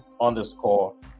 underscore